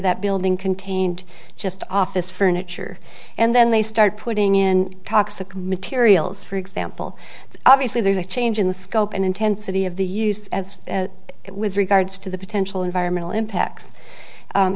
that building contained just office furniture and then they started putting in toxic materials for example obviously there's a change in the scope and intensity of the use as it with regards to the potential environmental impact